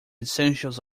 essentials